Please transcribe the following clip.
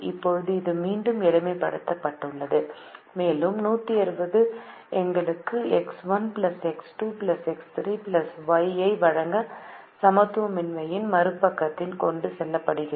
இப்போது இது மீண்டும் எளிமைப் படுத்த பட்டுள்ளது மேலும் 160 எங்களுக்கு X1 X2 X3 Y ஐ வழங்க சமத்துவமின்மையின் மறுபக்கத்திற்கு கொண்டு செல்லப்படுகிறது